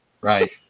Right